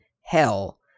hell